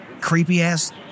creepy-ass